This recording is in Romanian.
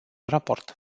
raport